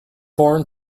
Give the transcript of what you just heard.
born